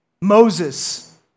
Moses